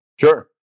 Sure